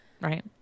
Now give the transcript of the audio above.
Right